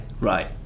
Right